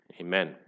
Amen